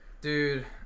Dude